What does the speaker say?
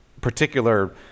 particular